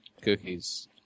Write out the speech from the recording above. cookies